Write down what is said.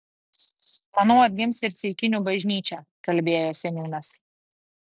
manau atgims ir ceikinių bažnyčia kalbėjo seniūnas